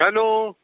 hello